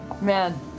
Man